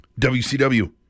WCW